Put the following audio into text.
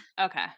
Okay